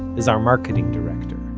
is our marketing director.